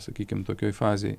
sakykim tokioj fazėj